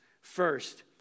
First